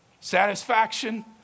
Satisfaction